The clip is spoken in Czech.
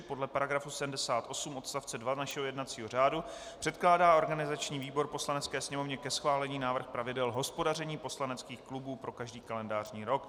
Podle § 78 odst. 2 našeho jednacího řádu předkládá organizační výbor Poslanecké sněmovně ke schválení návrh pravidel hospodaření poslaneckých klubů pro každý kalendářní rok.